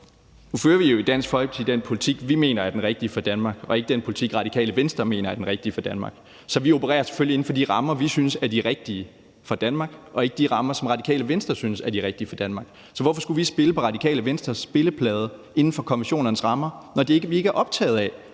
Nu fører vi jo i Dansk Folkeparti den politik, vi mener er den rigtige for Danmark, og ikke den politik, Radikale Venstre mener er den rigtige for Danmark. Så vi opererer selvfølgelig inden for de rammer, vi synes er de rigtige for Danmark, og ikke inden for de rammer, som Radikale Venstre synes er de rigtige for Danmark. Så hvorfor skulle vi spille på Radikale Venstres spilleplade inden for konventionernes rammer, når vi ikke er optaget af